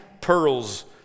pearls